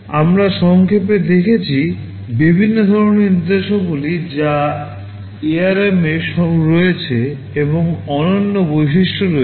আমরা সংক্ষেপে দেখেছি বিভিন্ন ধরণের নির্দেশাবলী যা ARM এ রয়েছে এবং অনন্য বৈশিষ্ট্য রয়েছে